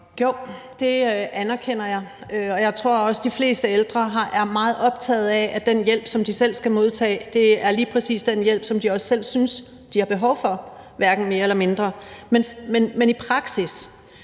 Jo, det anerkender jeg, og jeg tror også, at de fleste ældre er meget optagede af, at den hjælp, som de selv skal modtage, lige præcis er den hjælp, som de også selv synes de har behov for, hverken mere eller mindre. Men i praksis